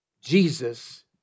Jesus